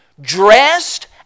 dressed